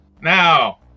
now